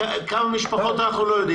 משפחה עם שבעה ילדים,